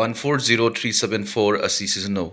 one four zero three seven four ꯑꯁꯤ ꯁꯤꯖꯤꯟꯅꯧ